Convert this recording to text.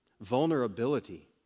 vulnerability